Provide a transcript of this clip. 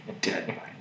dead